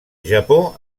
japó